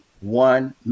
one